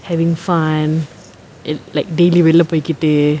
having fun it like daily வெளிய போய்கிட்டு:veliya poyikittu